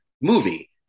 movie